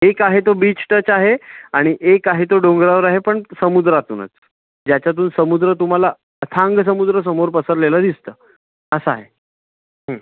एक आहे तो बीच टच आहे आणि एक आहे तो डोंगरावर आहे पण समुद्रातूनच याच्यातून समुद्र तुम्हाला अथांग समुद्र समोर पसरलेला दिसतं असं आहे